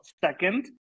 Second